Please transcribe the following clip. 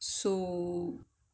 so